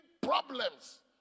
problems